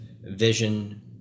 vision